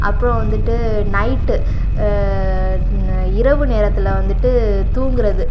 அப்புறோம் வந்துட்டு நைட்டு இரவு ந நேரத்தில் வந்துட்டு தூங்கிறது